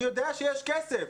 אני יודע שיש כסף,